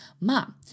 Mom